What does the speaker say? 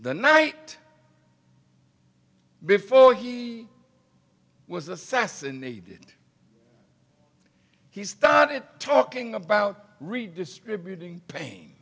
the night before he was assassinated he started talking about redistributing pain